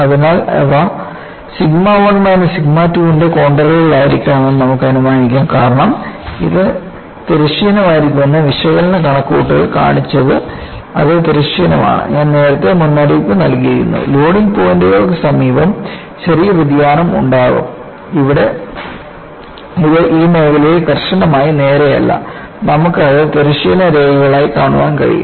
അതിനാൽ ഇവ sigma 1 minus sigma 2 ന്റെ കോൺണ്ടർകളായിരിക്കണമെന്ന് നമുക്ക് അനുമാനിക്കാം കാരണം അത് തിരശ്ചീനമായിരിക്കുമെന്ന് വിശകലന കണക്കുകൂട്ടൽ കാണിച്ചത് അവ തിരശ്ചീനമാണ് ഞാൻ നേരത്തെ മുന്നറിയിപ്പ് നൽകിയിരുന്നു ലോഡിംഗ് പോയിന്റുകൾക്ക് സമീപം ചെറിയ വ്യതിയാനം ഉണ്ടാകും ഇവിടെ ഇത് ഈ മേഖലയിൽ കർശനമായി നേരെയല്ല നമുക്ക് അത് തിരശ്ചീന രേഖകളായി കാണാൻ കഴിയും